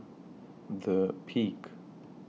The Peak